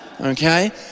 Okay